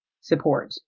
support